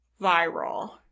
viral